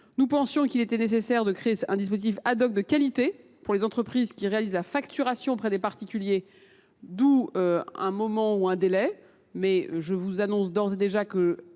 Nous pensions qu’il était nécessaire de créer un dispositif de qualité pour les entreprises qui réalisent la facturation auprès des particuliers. D’où ce délai. Toutefois, je vous annonce d’ores et déjà que